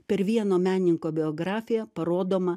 per vieno menininko biografiją parodoma